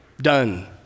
done